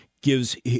gives